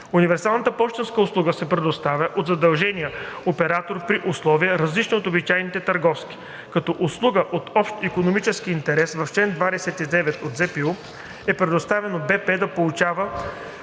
Универсалната пощенска услуга се предоставя от задължения оператор при условия, различни от обичайните търговски. Като услуга от общ икономически интерес, в чл. 29 от ЗПУ е предвидено „Български